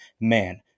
man